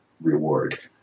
reward